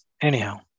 Anyhow